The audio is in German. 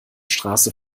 straße